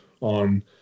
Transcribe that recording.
on